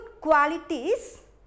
qualities